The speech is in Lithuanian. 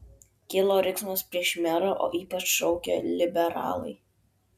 kilo riksmas prieš merą o ypač šaukė liberalai